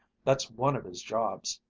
that's one of his jobs!